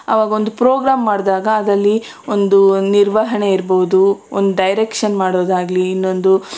ಆವಾಗೊಂದು program ಮಾಡಿದಾಗ ಅದಲ್ಲಿ ಒಂದು ನಿರ್ವಹಣೆ ಇರ್ಬೋದು ಒಂದು ಡೈರೆಕ್ಷನ್ ಮಾಡೋದಾಗಲಿ ಇನ್ನೊಂದು